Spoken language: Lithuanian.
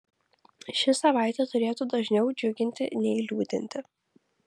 ši savaitė turėtų dažniau džiuginti nei liūdinti